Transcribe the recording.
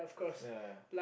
ya